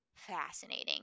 fascinating